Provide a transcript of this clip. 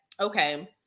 okay